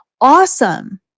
Awesome